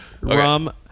rum